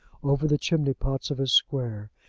over the chimney-pots of his square,